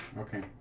Okay